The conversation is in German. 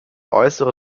äußere